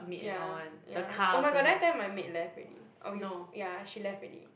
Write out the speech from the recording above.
ya ya oh my god did I tell you my maid left already oh you f~ ya she left already